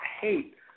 hate